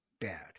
bad